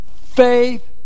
faith